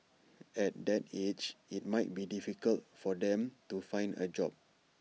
at that age IT might be difficult for them to find A job